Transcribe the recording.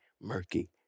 murky